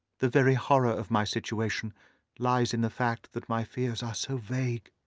the very horror of my situation lies in the fact that my fears are so vague,